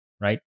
Right